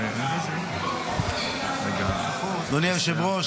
אדוני היושב-ראש,